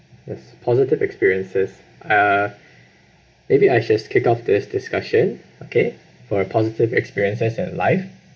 it's positive experiences uh maybe I should have kick off this discussion okay for a positive experiences in life